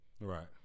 Right